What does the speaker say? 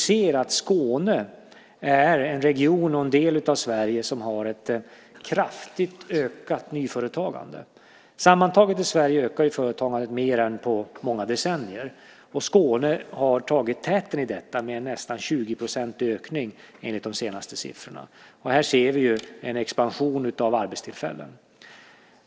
Skåne är en region och en del av Sverige som har ett kraftigt ökat nyföretagande. Sammantaget i Sverige ökar företagandet nu mer än på många decennier, och Skåne har tagit täten med en nästan 20-procentig ökning enligt de senaste siffrorna. Här ser vi en expansion av arbetstillfällen.